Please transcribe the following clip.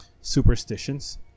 superstitions